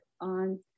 on